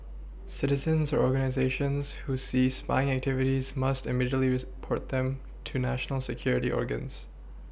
citizens organisations who see spying activities must immediately them to national security organs